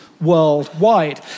worldwide